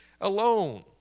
alone